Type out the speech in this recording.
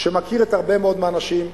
שמכיר הרבה מאוד מהאנשים,